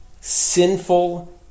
sinful